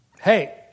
hey